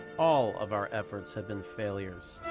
all of our efforts had been failures.